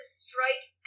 strike